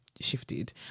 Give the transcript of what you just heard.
shifted